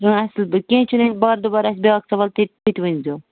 اَصٕل پٲٹھۍ کیٚنٛہہ چھُنہٕ ییٚلہِ باردُبار آسہِ بیٛاکھ سوال تِتہِ ؤنۍ زیٚو